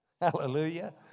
Hallelujah